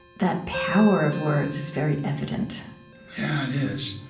that power of words is very evident yeah, it is